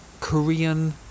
Korean